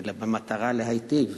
אלא במטרה להיטיב.